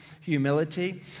humility